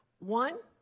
one,